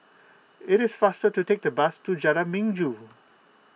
it is faster to take the bus to Jalan Minggu